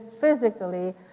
physically